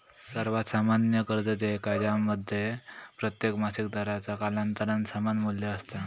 सर्वात सामान्य कर्ज देयका ज्यामध्ये प्रत्येक मासिक दराचा कालांतरान समान मू्ल्य असता